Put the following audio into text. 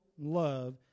love